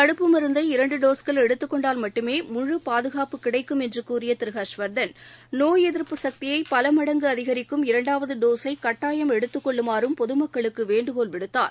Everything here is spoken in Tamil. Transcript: தடுப்பு மருந்தை இரண்டுடோஸ்கள் எடுத்துக் கொண்டால் மட்டுமே முழு பாதுகாப்பு கிடைக்கும் என்றுகூறியதிருஹர்ஷ்வர்தன் நோய் எதிர்ப்பு சக்தியைபலமடங்கு அதிகரிக்கும் இரண்டாவதடோஸை கட்டாயம் எடுத்துககொள்ளுமாறும் பொதுமக்களுக்குவேண்டுகோள் விடுத்தார்